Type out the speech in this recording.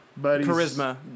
Charisma